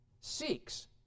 seeks